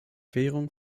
währung